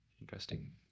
Interesting